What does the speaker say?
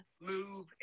move